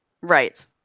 Right